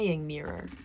Mirror